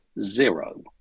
zero